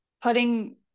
putting